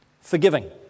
forgiving